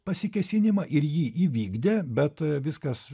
pasikėsinimą ir jį įvykdė bet viskas